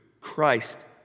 Christ